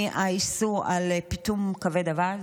מהאיסור על פיטום כבד אווז,